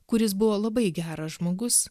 kuris buvo labai geras žmogus